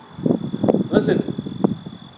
Listen